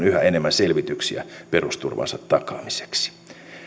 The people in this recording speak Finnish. selvityksiä perusturvansa takaamiseksi